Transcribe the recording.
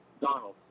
Donald